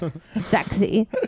Sexy